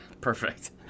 Perfect